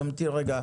תמתין רגע.